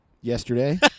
Yesterday